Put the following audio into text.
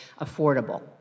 affordable